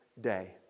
day